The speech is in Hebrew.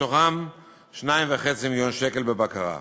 מתוכם 2.5 מיליון שקל בבקרה.